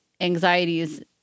anxieties